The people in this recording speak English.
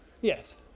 Yes